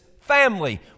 family